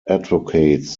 advocates